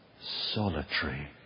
solitary